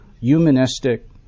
humanistic